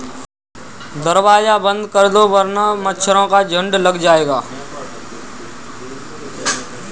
दरवाज़ा बंद कर दो वरना मच्छरों का झुंड लग जाएगा